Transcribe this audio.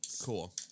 Cool